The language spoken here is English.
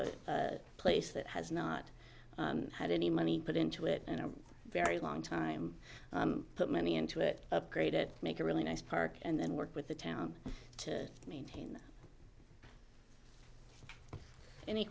a place that has not had any money put into it in a very long time put money into it upgrade it make a really nice park and then work with the town to maintain any